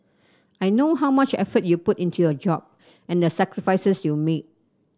I know how much effort you put into your job and the sacrifices you make